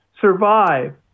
survive